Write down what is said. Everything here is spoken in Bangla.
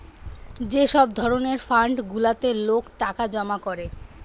যে সব ধরণের ফান্ড গুলাতে লোক টাকা জমা করে